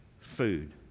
food